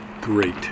great